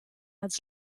als